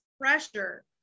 pressure